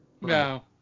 No